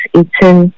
eaten